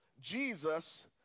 Jesus